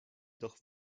durch